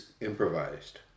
improvised